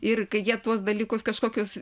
ir kai jie tuos dalykus kažkokius